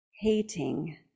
hating